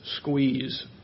squeeze